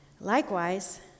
Likewise